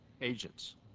agents